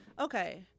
okay